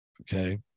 Okay